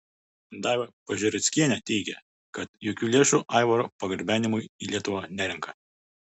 daiva pažereckienė teigė kad jokių lėšų aivaro pargabenimui į lietuvą nerenka